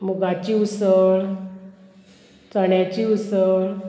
मुगाची उसळ चण्याची उसळ